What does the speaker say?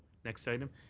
next item.